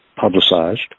publicized